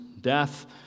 death